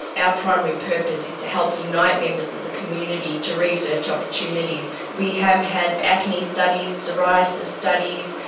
our primary purpose is to help unite members of the community to research opportunities. we have had acne studies, psoriasis studies,